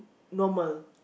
normal